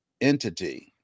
entity